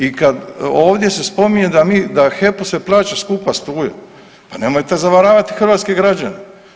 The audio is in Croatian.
I kad ovdje se spominje da HEP-u se plaća skupa struja, pa nemojte zavaravati hrvatske građane.